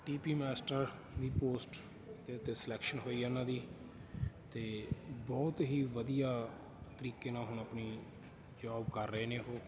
D P master ਦੀ post ਦੇ ਉੱਤੇ ਸਿਲੈਕਸ਼ਨ ਹੋਈ ਹੈ ਉਹਨਾਂ ਦੀ ਤਾਂ ਬਹੁਤ ਹੀ ਵਧੀਆ ਤਰੀਕੇ ਨਾਲ ਹੁਣ ਆਪਣੀ ਜੋਬ ਕਰ ਰਹੇ ਨੇ ਉਹ